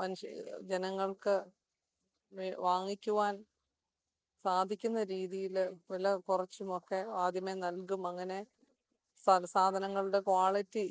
മനുഷ്യന് ജനങ്ങൾക്ക് വാങ്ങിക്കുവാൻ സാധിക്കുന്ന രീതിയിൽ വില കുറച്ചുമൊക്കെ ആദ്യമേ നൽകും അങ്ങനെ സാധനങ്ങളുടെ ക്വാളിറ്റി